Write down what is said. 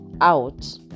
out